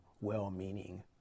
well-meaning